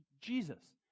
Jesus